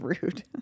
rude